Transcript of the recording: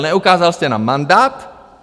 Neukázal jste nám mandát.